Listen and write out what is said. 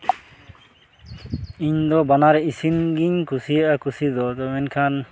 ᱤᱧ ᱫᱚ ᱵᱟᱱᱟᱨ ᱤᱥᱤᱱ ᱜᱮᱧ ᱠᱩᱥᱤᱭᱟᱜᱼᱟ ᱠᱩᱥᱤ ᱫᱚ ᱟᱫᱚ ᱢᱮᱱᱠᱷᱟᱱ